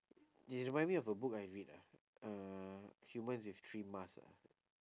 it remind me of a book I read ah uh humans with three masks ah